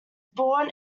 born